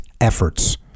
efforts